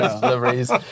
deliveries